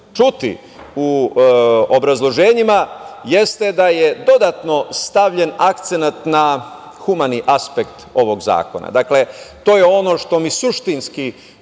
čuti u obrazloženjima jeste da je dodatno stavljen akcenat na humani aspekt ovog zakona. To je ono što mi suštinski